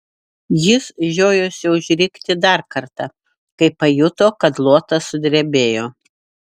jis žiojosi užrikti dar kartą kai pajuto kad luotas sudrebėjo